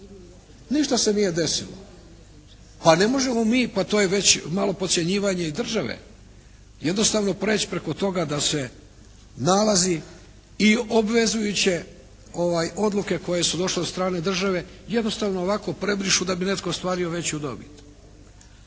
Ništa se nije desilo. Pa ne možemo mi, pa to je već malo podcjenjivanje i države jednostavno preći preko toga da se nalazi i obvezujuće odluke koje su došle od strane države jednostavno ovako prebrišu da bi netko ostvario veću dobit.